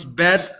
bad